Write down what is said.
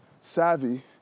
savvy